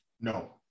No